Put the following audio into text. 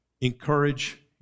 encourage